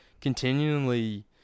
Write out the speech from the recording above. continually